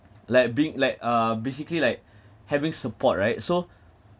like being like uh basically like having support right so